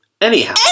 anyhow